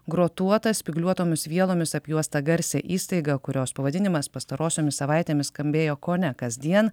grotuotą spygliuotomis vielomis apjuostą garsią įstaigą kurios pavadinimas pastarosiomis savaitėmis skambėjo kone kasdien